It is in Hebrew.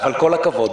כל הכבוד.